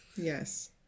Yes